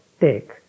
take